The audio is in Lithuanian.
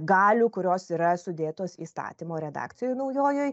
galių kurios yra sudėtos įstatymo redakcijoj naujojoj